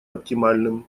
оптимальным